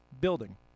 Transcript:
building